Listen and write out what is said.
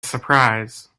surprise